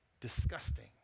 disgusting